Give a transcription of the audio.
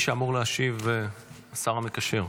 מי שאמור להשיב, השר המקשר.